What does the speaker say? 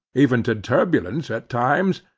even to turbulence, at times,